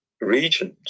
regions